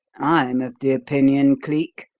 i'm of the opinion, cleek,